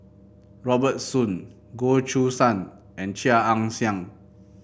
Robert Soon Goh Choo San and Chia Ann Siang